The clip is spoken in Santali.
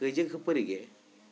ᱠᱟᱹᱭᱡᱟᱹᱜ ᱠᱷᱟᱹᱯᱟᱹᱨᱤ ᱜᱮ